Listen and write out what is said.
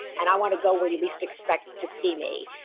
and i want to go where you least expect to see me.